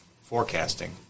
forecasting